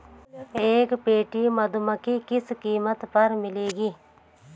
एक पेटी मधुमक्खी किस कीमत पर मिलेगी?